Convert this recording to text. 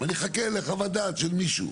אני מחכה לחוות דעת של מישהו.